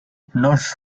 north